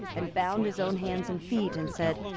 and bound his own hands and feet, and said,